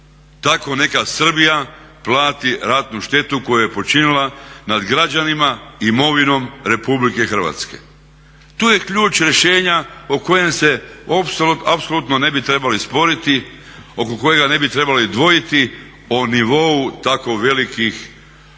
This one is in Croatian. tako neka Srbija plati ratnu štetu koja ja počinila nad građanima, imovinom RH. To je ključ rješenja oko kojeg se apsolutno ne bi trebali sporiti oko kojega ne bi trebali dvojiti o nivou tako velikih novčanih